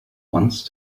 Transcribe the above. once